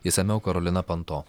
išsamiau karolina panto